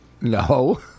No